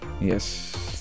yes